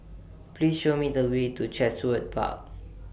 Please Show Me The Way to Chatsworth Park